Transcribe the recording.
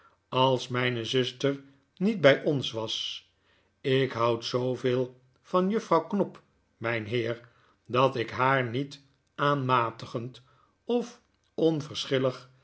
als mijne zuster niet bij ons was ik hoiid zooveel van juffrouw knop mynheer dat ik haar niet aanmatigend of